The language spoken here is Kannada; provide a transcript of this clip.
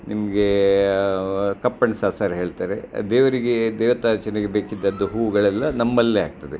ನಿಮಗೆ ಕಪ್ ಆ್ಯಂಡ್ ಸಾಸರ ಹೇಳ್ತಾರೆ ದೇವರಿಗೆ ದೇವತಾ ಅರ್ಚನೆಗೆ ಬೇಕಿದ್ದದ್ದು ಹೂಗಳೆಲ್ಲ ನಮ್ಮಲ್ಲೇ ಆಗ್ತದೆ